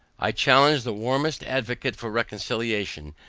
i challenge the warmest advocate for reconciliation,